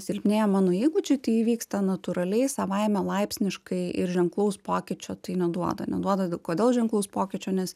silpnėja mano įgūdžiai tai įvyksta natūraliai savaime laipsniškai ir ženklaus pokyčio tai neduoda neduoda kodėl ženklaus pokyčio nes